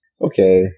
okay